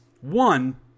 one